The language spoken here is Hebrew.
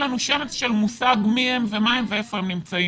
לנו שמץ של מושג מי הן ומה הן והיכן הן נמצאות.